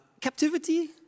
Captivity